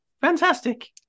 Fantastic